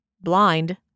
blind